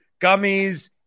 Gummies